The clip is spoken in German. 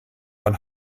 von